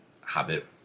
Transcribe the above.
habit